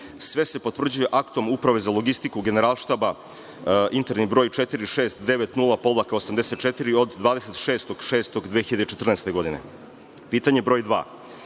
Sve se potvrđuje aktom Uprave za logistiku Generalštaba interni broj 4690-84 od 26. juna 2014. godine. Pitanje broj